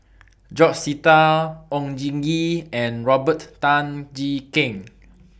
George Sita Oon Jin Gee and Robert Tan Jee Keng